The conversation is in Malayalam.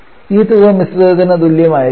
ഈ തുക മിശ്രിതത്തിന് തുല്യമായിരിക്കണം